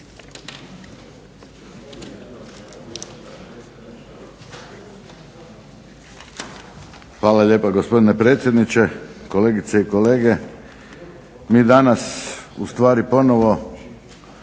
Hvala lijepa gospodine predsjedniče. Kolegice i kolege. Mi danas ustvari ponovo